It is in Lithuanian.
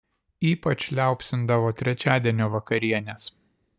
ypač liaupsindavo trečiadienio vakarienes